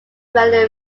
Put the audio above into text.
many